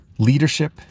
leadership